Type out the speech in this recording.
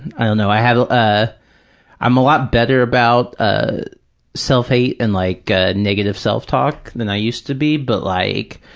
i don't know. i have, ah i'm a lot better about ah self-hate and like ah negative self-talk than i used to be, but like,